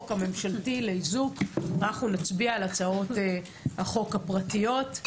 הממשלתי לאיזוק אנחנו נצביע על הצעות החוק הפרטיות.